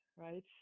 right